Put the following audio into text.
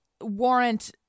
warrant